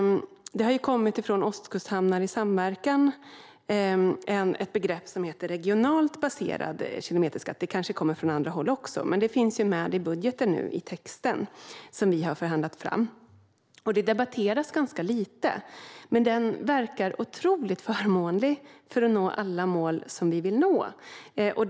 Det har från Ostkusthamnar i samverkan kommit ett begrepp, nämligen regionalt baserad kilometerskatt. Det kanske kommer från andra håll också. Men det finns nu med i den text i budgeten som vi har förhandlat fram. Detta debatteras ganska lite. Men det är otroligt förmånligt för att nå alla mål som vi vill nå.